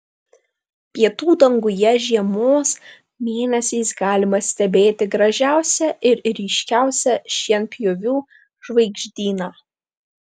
pietų danguje žiemos mėnesiais galima stebėti gražiausią ir ryškiausią šienpjovių žvaigždyną